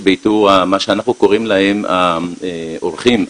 באיתור מה שאנחנו קוראים להם העורכים הדיגיטליים.